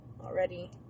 already